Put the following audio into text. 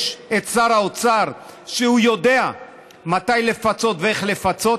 יש את שר האוצר שהוא יודע מתי לפצות ואיך לפצות,